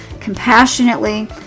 compassionately